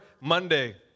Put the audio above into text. Monday